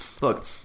look